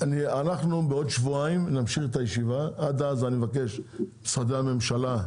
בעוד שבועיים נמשיך את הישיבה ועד אז אני מבקש ממשרדי הממשלה,